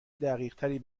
دقیقتری